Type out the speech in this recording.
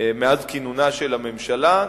מאז כינונה של הממשלה,